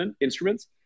instruments